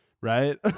right